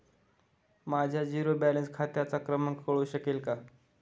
माझ्या zero balance खात्याचा क्रमांक कळू शकेल का?